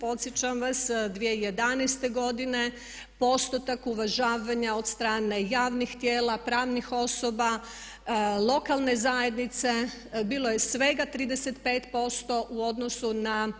Podsjećam vam 2011. postotak uvažavanja od strane javnih tijela, pravnih osoba, lokalne zajednice, bilo je svega 35% u odnosu na